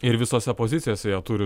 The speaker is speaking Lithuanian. ir visose pozicijose jie turi